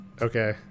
Okay